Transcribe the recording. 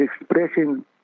expressing